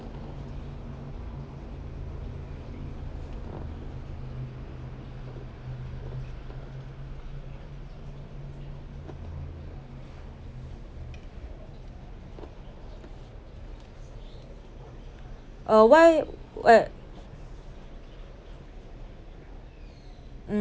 uh why w~ uh